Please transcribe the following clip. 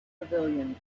pavilion